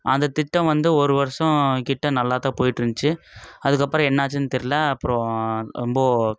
அந்த திட்டம் வந்து ஒரு வருஷம் கிட்டே நல்லாத்தான் போய்கிட்டுருந்ச்சி அதுக்கப்புறம் என்னாச்சுன் தெரில அப்புறம் ரொம்ப